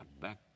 back